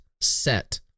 set